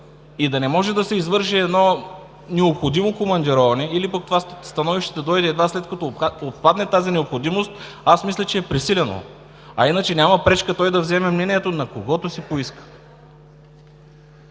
и да не може да се извърши едно необходимо командироване или пък това становище да дойде едва след като отпадне тази необходимост, аз мисля, че е пресилено, а иначе няма пречка той да вземе мнението на когото си поиска.